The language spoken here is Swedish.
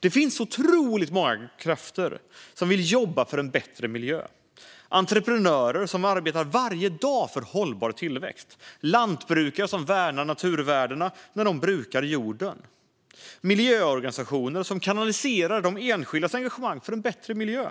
Det finns otroligt många krafter som vill jobba för en bättre miljö: entreprenörer som varje dag arbetar för hållbar tillväxt, lantbrukare som värnar naturvärdena när de brukar jorden och miljöorganisationer som kanaliserar enskildas engagemang för en bättre miljö.